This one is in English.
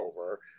over